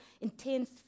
intense